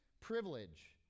privilege